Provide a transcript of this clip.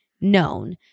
known